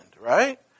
right